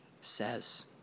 says